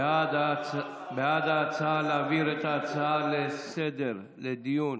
בעד ההצעה להעביר את ההצעה לסדר-היום לדיון